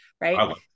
right